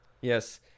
Yes